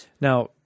Now